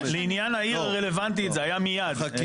לעניין העיר הרלוונטית זה היה מיד.